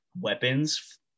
weapons